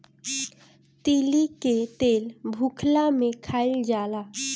तीली के तेल भुखला में खाइल जाला